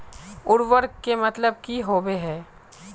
उर्वरक के मतलब की होबे है?